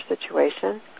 situation